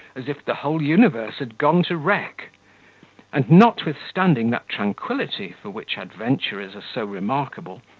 as if the whole universe had gone to wreck and notwithstanding that tranquility for which adventurers are so remarkable,